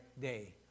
day